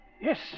Yes